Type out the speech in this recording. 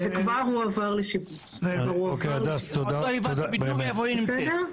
זה כבר הועבר --- עוד לא הבנתי בדיוק איפה היא נמצאת.